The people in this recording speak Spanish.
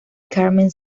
carmen